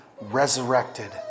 resurrected